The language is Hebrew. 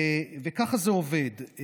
ככה זה עובד.